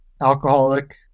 alcoholic